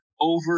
over